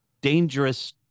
dangerous